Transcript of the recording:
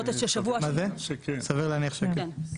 סביר להניח שכן.